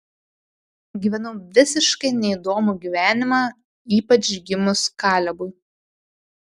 gyvenau visiškai neįdomų gyvenimą ypač gimus kalebui